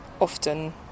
often